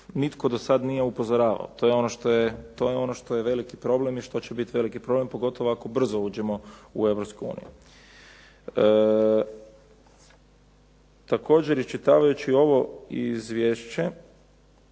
nitko do sad nije upozoravao. To je ono što je veliki problem i što će biti veliki problem, pogotovo ako brzo uđemo u Europsku uniju. Također, iščitavajući ovo izvješće